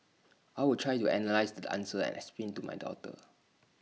I will try to analyse the answers and explain to my daughter